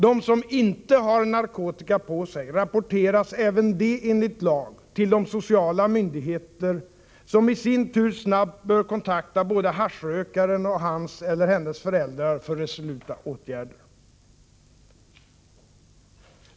De som inte har någon narkotika på sig rapporteras även de enligt lag till de sociala myndigheterna, som i sin tur snabbt skall kontakta både haschrökaren och hans eller hennes föräldrar för resoluta åtgärder.